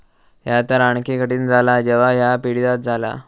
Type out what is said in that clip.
ह्या तर आणखी कठीण झाला जेव्हा ह्या पिढीजात झाला